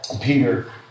Peter